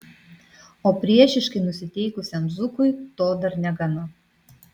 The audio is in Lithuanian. o priešiškai nusiteikusiam zukui to dar negana